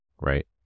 right